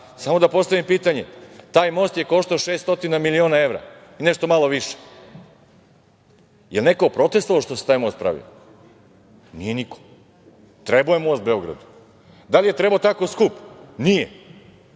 Samo da postavim pitanje – taj most je koštao 600 miliona evra, nešto malo više, jel neko protestvovao što se taj most pravio? Nije niko. Trebao je most Beogradu. Da li je trebao tako skup? Nije.